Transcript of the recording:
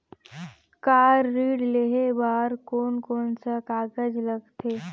Car ऋण लेहे बार कोन कोन सा कागज़ लगथे?